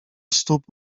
stóp